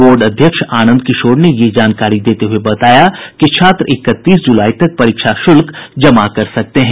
board अध्यक्ष आनंद किशोर ने यह जानकारी देते हुए बताया कि छात्र इकतीस जुलाई तक परीक्षा शुल्क जमा कर सकते हैं